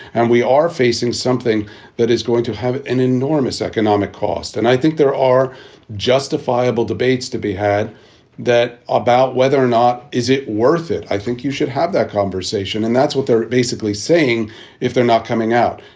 and we are facing something that is going to have an enormous economic cost. and i think there are justifiable debates to be had that about whether or not is it worth it. i think you should have that conversation. and that's what they're basically saying if they're not coming out.